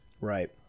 Right